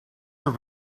are